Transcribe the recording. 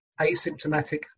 asymptomatic